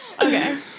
Okay